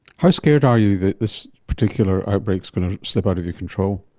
how scared are you that this particular outbreak is going to slip out of your control?